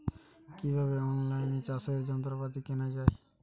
কিভাবে অন লাইনে চাষের যন্ত্রপাতি কেনা য়ায়?